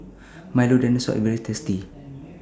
Milo Dinosaur IS very tasty